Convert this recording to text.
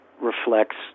reflects